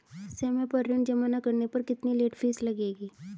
समय पर ऋण जमा न करने पर कितनी लेट फीस लगेगी?